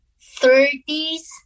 thirties